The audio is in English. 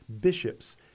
bishops